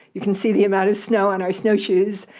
you can see the amount of snow on our snow shoes,